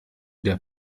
der